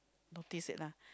notice it lah